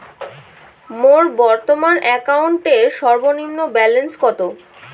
মোর বর্তমান অ্যাকাউন্টের সর্বনিম্ন ব্যালেন্স কত?